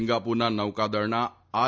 સિંગાપુરના નૌકાદળના આર